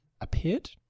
appeared